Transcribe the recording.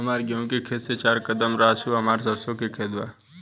हमार गेहू के खेत से चार कदम रासु हमार सरसों के खेत बा